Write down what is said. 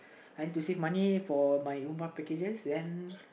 trying to save money for my umrah packages and